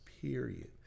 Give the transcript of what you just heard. period